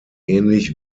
ähnlich